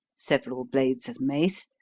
several blades of mace,